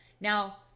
Now